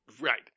Right